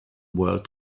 world